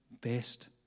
best